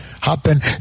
happen